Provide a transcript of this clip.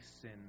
sin